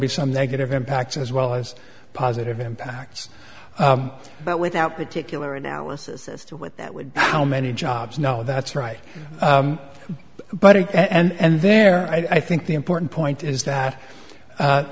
be some negative impact as well as positive impacts but without particular analysis as to what that would be how many jobs no that's right but and there i think the important point is that